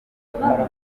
ukomoka